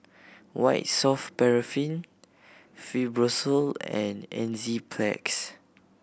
White Soft Paraffin Fibrosol and Enzyplex